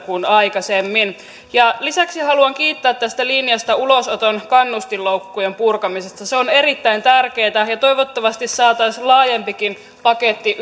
kuin aikaisemmin ja lisäksi haluan kiittää tästä linjasta ulosoton kannustinloukkujen purkamiseksi se on erittäin tärkeätä ja toivottavasti saataisiin laajempikin paketti